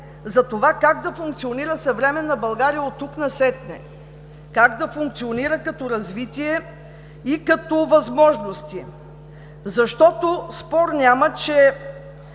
за това как да функционира съвременна България оттук насетне, как да функционира като развитие и като възможности? Защото, спор няма –